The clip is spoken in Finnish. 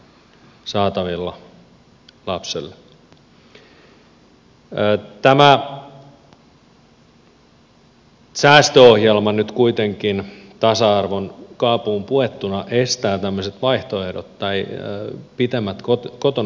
tämä säästöohjelma nyt kuitenkin tasa arvon kaapuun puettuna estää tämmöiset vaihtoehdot tai pitemmät kotona oleskelut